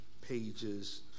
pages